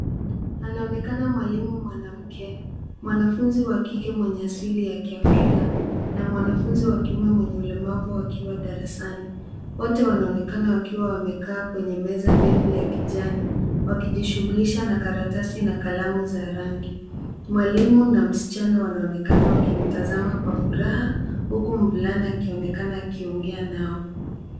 Anaonekana mwalimu mwanamke, mwanafunzi wa kike mwenye asili ya Kiafrika na mwanafunzi wa kiume mwenye ulemavu wakiwa darasani. Wote wanaonekana wakiwa wamekaa kwenye meza ndefu ya kijani wakijishughulisha na karatasi na kalamu za rangi. Mwalimu na msichana wanaonekana wakimtazama kwa furaha, huku mvulana akionekana akiongea nao.